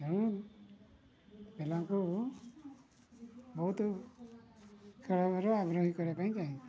ତେଣୁ ପିଲାଙ୍କୁ ବହୁତ ଖେଳ ଆଗ୍ରହୀ କରିବା ପାଇଁ ଚାହେଁ